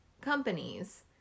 companies